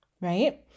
right